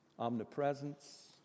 omnipresence